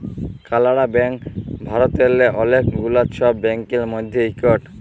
কালাড়া ব্যাংক ভারতেল্লে অলেক গুলা ছব ব্যাংকের মধ্যে ইকট